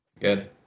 good